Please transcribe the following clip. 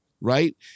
right